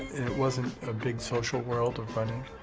it wasn't a big social world of running.